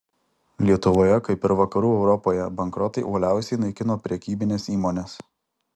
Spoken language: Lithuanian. lietuvoje kaip ir vakarų europoje bankrotai uoliausiai naikino prekybines įmones